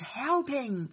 helping